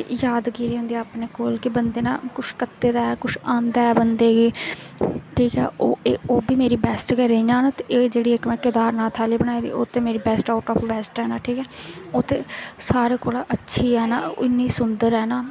इक यादगिरी होंदी बंदे नै किश कीते दा ऐ किश औंदा ऐ बंदे गी ओह् बी मेरी बैस्ट गै रेहियां न ते एह् जेह्ड़ी में इक केदारनाथ आह्ली बनाई दी ओह् मेरी बैस्ट ऑफ बैस्ट ऐ ना ठीक ऐ ओह् ते सारें कोला दा अच्छी ऐ ना इन्नी सुन्दर ऐ ना